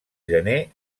gener